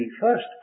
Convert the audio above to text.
first